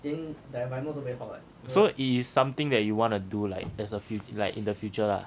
so it is something that you wanna do like as a fu~ like in the future lah